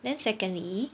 then secondly